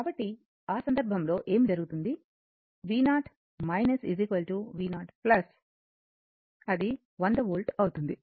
కాబట్టి ఆ సందర్భంలో ఏమి జరుగుతుంది v0 v0 అది 100 వోల్ట్ అవుతుంది